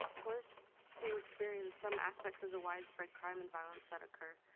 tourists do experience some aspects of the widespread crime and violence that occur.